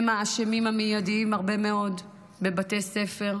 הם האשמים המיידיים הרבה מאוד בבתי ספר.